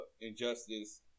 injustice